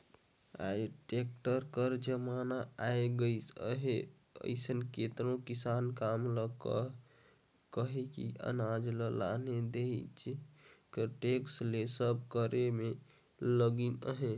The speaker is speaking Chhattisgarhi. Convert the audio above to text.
आएज टेक्टर कर जमाना आए गइस अहे अइसे में केतनो किसानी काम ल कहे कि अनाज ल लाने लेइजे कर टेक्टर ले सब करे में लगिन अहें